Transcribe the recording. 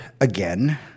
again